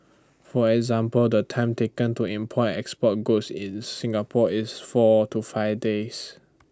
for example the time taken to import export goods in Singapore is four to five days